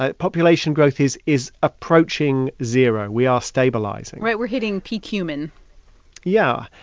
ah population growth is is approaching zero. we are stabilizing right. we're hitting peak human yeah.